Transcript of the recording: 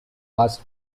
fast